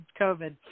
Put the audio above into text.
COVID